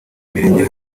mirenge